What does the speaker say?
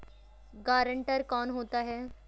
Guarantor कौन होता है?